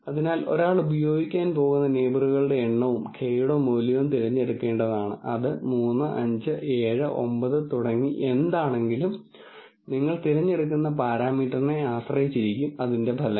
അതിനാൽ ഒരാൾ ഉപയോഗിക്കാൻ പോകുന്ന നെയിബറുകളുടെ എണ്ണവും k യുടെ മൂല്യവും തിരഞ്ഞെടുക്കേണ്ടതാണ് അത് 3 5 7 9 തുടങ്ങി എന്ത് ആണെങ്കിലും നിങ്ങൾ തിരഞ്ഞെടുക്കുന്ന പാരാമീറ്ററിനെ ആശ്രയിച്ചിരിക്കും ഫലങ്ങൾ